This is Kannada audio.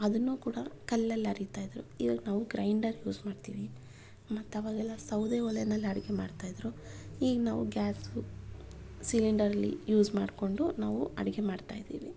ಅದನ್ನೂ ಕೂಡ ಕಲ್ಲಲ್ಲಿ ಅರಿತಾ ಇದ್ದರು ಇವಾಗ ನಾವು ಗ್ರೈಂಡರ್ ಯೂಸ್ ಮಾಡ್ತೀವಿ ಮತ್ತು ಆವಾಗೆಲ್ಲ ಸೌದೆ ಒಲೆನಲ್ಲಿ ಅಡಿಗೆ ಮಾಡ್ತಾ ಇದ್ದರು ಈಗ ನಾವು ಗ್ಯಾಸು ಸಿಲಿಂಡರಲ್ಲಿ ಯೂಸ್ ಮಾಡಿಕೊಂಡು ನಾವು ಅಡಿಗೆ ಮಾಡ್ತಾ ಇದ್ದೀವಿ